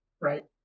right